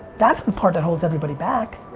that's the part that holds everybody back.